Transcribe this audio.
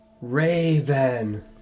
Raven